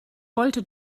wollte